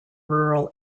rural